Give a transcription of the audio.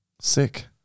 Sick